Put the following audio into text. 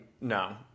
no